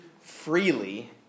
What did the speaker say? freely